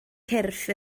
cyrff